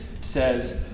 says